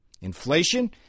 inflation